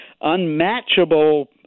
unmatchable